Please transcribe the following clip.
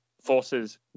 forces